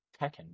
Tekken